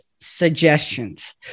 Suggestions